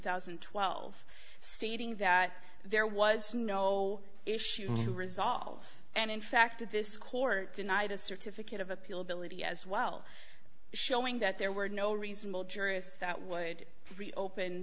thousand and twelve stating that there was no issue to resolve and in fact if this court denied a certificate of appeal ability as well showing that there were no reasonable jurists that would reopen